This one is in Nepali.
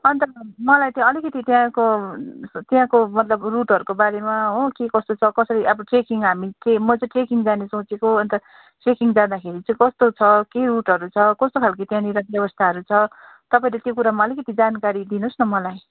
अन्त मलाई चाहिँ अलिकति त्यहाँको त्यहाँको मतलब रुटहरूको बारेमा हो के कसो छ कसरी अब ट्रेकिङ हामी के म चाहिँ ट्रेकिङ जानु सोचेको अन्त ट्रेकिङ जाँदाखेरि चाहिँ कस्तो छ के रुटहरू छ कस्तो खालको त्यहाँनिर व्यवस्थाहरू छ तपाईँले त्यो कुरामा अलिकति जानकारी दिनुहोस् न मलाई